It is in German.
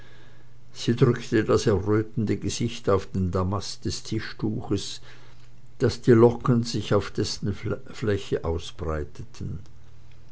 sie drückte das errötende gesicht auf den damast des tischtuches daß die locken sich auf dessen fläche ausbreiteten